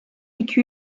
iki